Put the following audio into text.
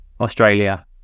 Australia